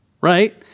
right